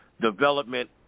development